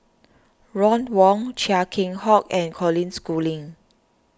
Ron Wong Chia Keng Hock and Colin Schooling